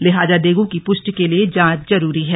लिहाजा डेंगू की पुष्टि के लिए जांच जरूरी है